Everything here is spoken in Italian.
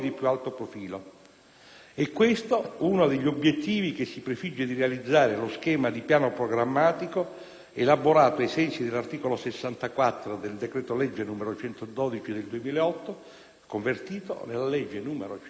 È questo uno degli obiettivi che si prefigge di realizzare lo schema di piano programmatico elaborato ai sensi dell'articolo 64 del decreto-legge n. 112 del 2008, convertito nella legge n. 133